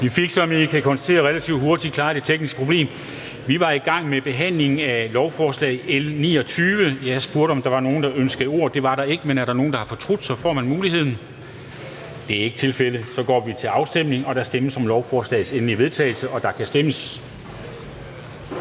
Vi fik, som I kan konstatere, relativt hurtigt klaret det tekniske problem. Vi var i gang med behandlingen af lovforslag L 29. Jeg spurgte, om der var nogen, der ønskede ordet. Det var der ikke, men hvis der er nogen, der har fortrudt, så får de muligheden. Det er ikke tilfældet, så vi går til afstemning. Der stemmes om lovforslagets endelige vedtagelse, og der kan stemmes.